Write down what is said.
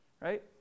right